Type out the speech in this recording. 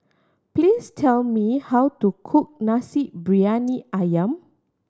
please tell me how to cook Nasi Briyani Ayam